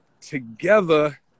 together